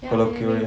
ya